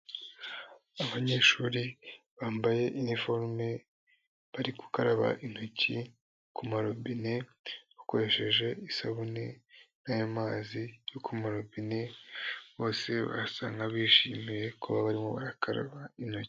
Abanyeshuri bambaye iniforume, bari gukaraba intoki ku marobine, bakoresheje isabune nayo mazi yo ku marobine, bose barasa nk'abishimiye kuba barimo barakara intoki.